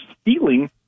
stealing